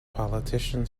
politician